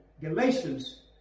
Galatians